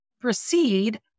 proceed